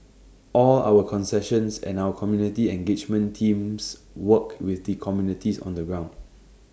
all our concessions and our community engagement teams work with the communities on the ground